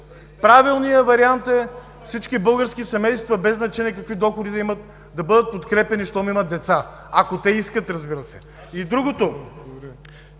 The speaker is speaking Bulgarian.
Правилният вариант е всички български семейства, без значение какви доходи имат, да бъдат подкрепяни, щом имат деца. Ако те искат, разбира се! Ще